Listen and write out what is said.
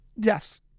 Yes